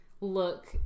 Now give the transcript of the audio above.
look